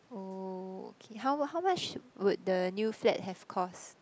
oh okay how how much would the new flat have cost